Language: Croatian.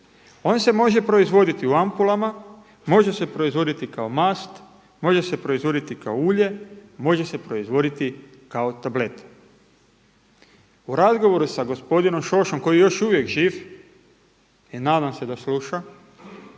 On se može proizvoditi u ampulama, može se proizvoditi kao mast, može se proizvoditi kao ulje, može se proizvoditi kao tablete. U razgovoru sa gospodinom Šošom koji je još uvijek živ i nadam se da sluša